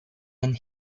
and